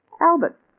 Albert